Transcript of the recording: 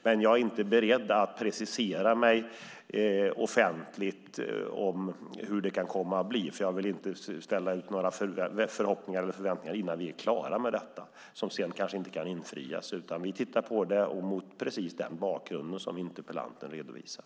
Men jag är inte beredd att precisera mig offentligt om hur det kan komma att bli eftersom jag inte vill ställa ut några förhoppningar eller förväntningar innan vi är klara med detta och som sedan kanske inte kan infrias. Vi tittar alltså på detta mot precis den bakgrund som interpellanten redovisar.